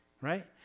right